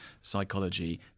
psychology